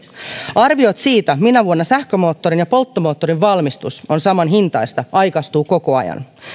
arviot siitä minä vuonna sähkömoottorin ja polttomoottorin valmistus on saman hintaista aikaistuvat koko ajan